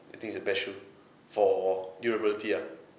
I think it's the best shoe for durability ah